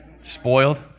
Spoiled